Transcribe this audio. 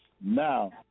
Now